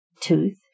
tooth